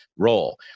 role